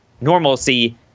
normalcy